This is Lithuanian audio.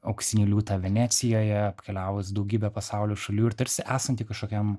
auksinį liūtą venecijoje apkeliavus daugybę pasaulio šalių ir tarsi esanti kažkokiam